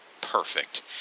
Perfect